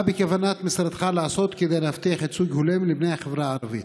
2. מה בכוונת משרדך לעשות כדי להבטיח ייצוג הולם לבני החברה הערבית?